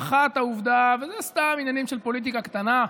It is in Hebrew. האחת, העובדה, וזה סתם עניינים של פוליטיקה קטנה,